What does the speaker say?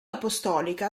apostolica